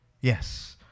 Yes